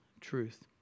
truth